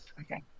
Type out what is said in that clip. okay